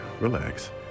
relax